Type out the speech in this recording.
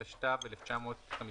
התשט"ו-1955.